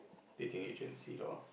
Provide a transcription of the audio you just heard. dating agency lor